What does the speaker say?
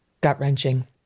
gut-wrenching